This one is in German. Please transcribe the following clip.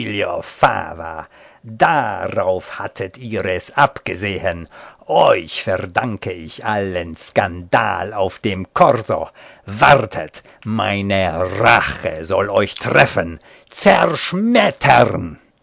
darauf hattet ihr es abgesehen euch verdanke ich allen skandal auf dem korso wartet meine rache soll euch treffen zerschmettern